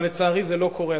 אבל לצערי זה לא קורה.